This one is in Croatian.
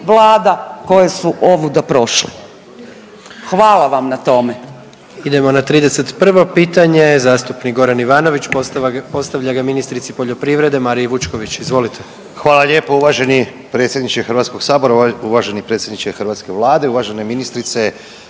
vlada koje su ovuda prošle. Hvala vam na tome.